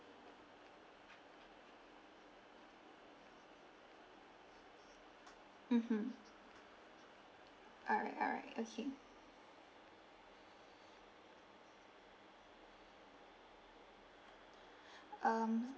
mmhmm alright alright okay um